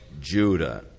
Judah